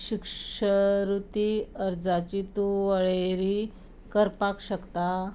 शिश्यवृत्ती अर्जांची तूं वळेरी करपाक शकता